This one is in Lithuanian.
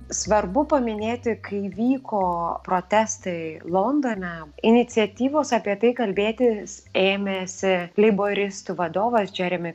svarbu paminėti kai vyko protestai londone iniciatyvos apie tai kalbėtis ėmėsi leiboristų vadovas džeremi